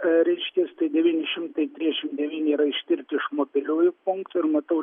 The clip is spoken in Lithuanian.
reiškias tai devyni šimtai trisdešimt devyni yra ištirti iš mobiliųjų punktų ir matau